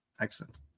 Excellent